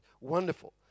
wonderful